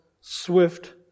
swift